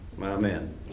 Amen